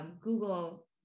Google